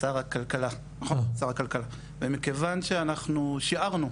שר הכלכלה ומכיוון שאנחנו שיערנו,